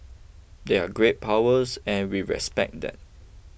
they're great powers and we respect that